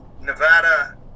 Nevada